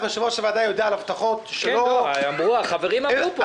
בטח יושב-ראש הוועדה יודע על הבטחות --- החברים אמרו פה,